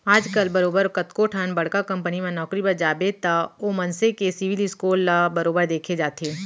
आजकल बरोबर कतको ठन बड़का कंपनी म नौकरी बर जाबे त ओ मनसे के सिविल स्कोर ल बरोबर देखे जाथे